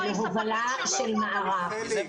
לא, היא ספקית שירות! רחלי, רחלי.